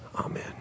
Amen